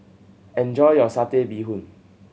enjoy your Satay Bee Hoon